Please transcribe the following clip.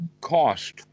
cost